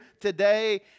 today